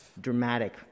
dramatic